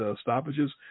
stoppages